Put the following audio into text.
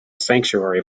sanctuary